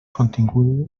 contingudes